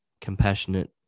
compassionate